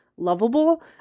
lovable